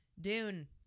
Dune